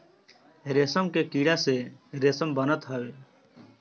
रेशम के कीड़ा से रेशम बनत हवे